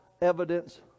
evidence